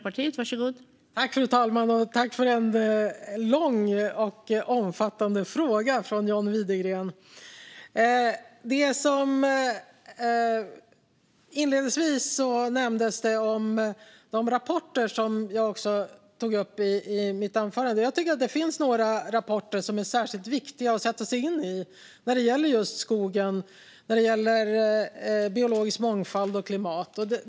Fru talman! Jag tackar för en lång och omfattande fråga från John Widegren. Inledningsvis nämndes de rapporter som jag också tog upp i mitt anförande. Jag tycker att det finns några rapporter som är särskilt viktiga att sätta sig in i när det gäller just skogen, biologisk mångfald och klimat.